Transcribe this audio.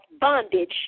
bondage